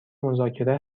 مذاکره